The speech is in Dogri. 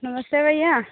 नमस्ते भइया